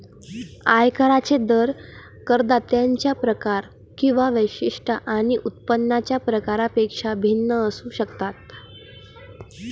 आयकरांचे दर करदात्यांचे प्रकार किंवा वैशिष्ट्ये आणि उत्पन्नाच्या प्रकारापेक्षा भिन्न असू शकतात